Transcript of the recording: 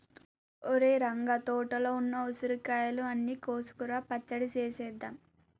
ఒరేయ్ రంగ తోటలో ఉన్న ఉసిరికాయలు అన్ని కోసుకురా పచ్చడి సేసేద్దాం